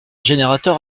générateur